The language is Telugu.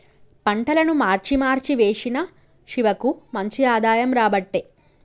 పంటలను మార్చి మార్చి వేశిన శివకు మంచి ఆదాయం రాబట్టే